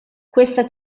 questa